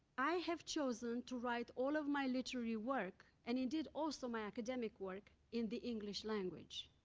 i have chosen to write all of my literary work and indeed, also my academic work in the english language.